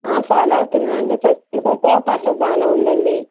follow అవుతున్నానండి చెప్పిన తరువాత పర్లేదు బాగానే ఉందండి